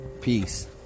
Peace